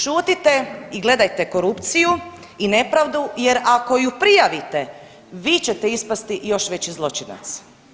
Šutite i gledajte korupciju i nepravdu jer ako ju prijavite vi ćete ispasti još veći zločinac.